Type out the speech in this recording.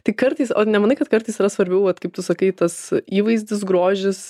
tai kartais o nemanai kad kartais yra svarbiau vat kaip tu sakai tas įvaizdis grožis